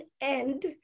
end